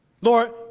Lord